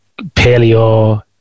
paleo